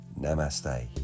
Namaste